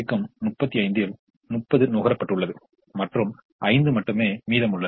எனவே 30 θ 30 θ 25 θ வாக மாறுகிறது எனவே θ 25 ஆக இருக்கும்போது இது 0 ஆக மாறும்